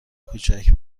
کوچک